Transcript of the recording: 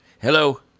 Hello